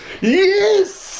yes